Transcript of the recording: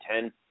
ten